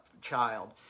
child